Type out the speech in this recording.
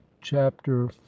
chapter